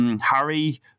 Harry